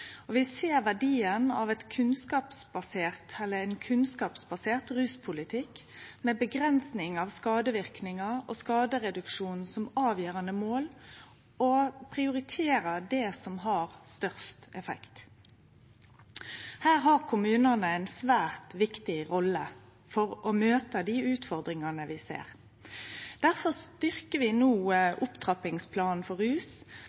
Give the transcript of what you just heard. Vi ser verdien av ein kunnskapsbasert ruspolitikk, med avgrensing av skadeverknader og skadereduksjon som avgjerande mål, og av å prioritere det som har størst effekt. Her har kommunane ei svært viktig rolle for å møte dei utfordringane vi ser. Difor styrkjer vi nå opptrappingsplanen for rus,